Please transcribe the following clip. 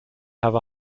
have